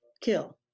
kill